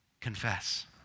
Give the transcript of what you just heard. confess